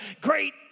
Great